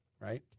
Right